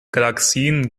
galaxien